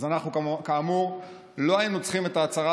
אז אנחנו כאמור לא היינו צריכים את ההצהרה